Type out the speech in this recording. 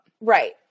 Right